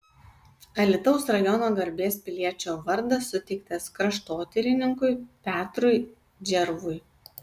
alytaus rajono garbės piliečio vardas suteiktas kraštotyrininkui petrui džervui